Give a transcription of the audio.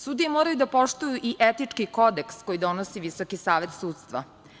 Sudije moraju da poštuju i etički kodeks koji donosi Visoki savet sudstva.